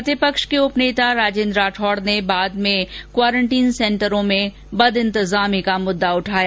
प्रतिपक्ष के उपनेता राजेन्द्र राठौड़ ने क्वारंटीन सेंटरों में बदइंतज़ामी का मुद्दा उठाया